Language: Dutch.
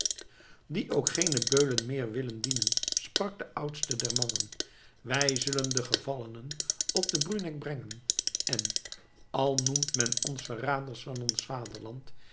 die ook geene beulen meer willen dienen sprak de oudste der mannen wij zullen de gevallenen op den bruneck brengen en al noemt men ons verraders van ons vaderland